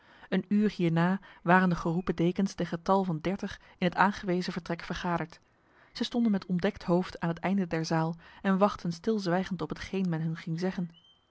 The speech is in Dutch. een uur hierna waren de geroepen dekens ten getal van dertig in het aangewezen vertrek vergaderd zij stonden met ontdekt hoofd aan het einde der zaal en wachtten stilzwijgend op hetgeen men hun ging zeggen